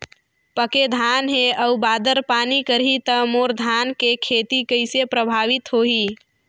पके धान हे अउ बादर पानी करही त मोर धान के खेती कइसे प्रभावित होही?